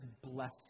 bless